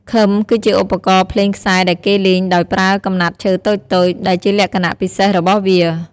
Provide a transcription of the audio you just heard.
ឃឹម គឺជាឧបករណ៍ភ្លេងខ្សែដែលគេលេងដោយប្រើកំណាត់ឈើតូចៗ ដែលជាលក្ខណៈពិសេសរបស់វា។